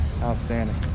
outstanding